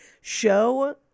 show